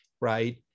right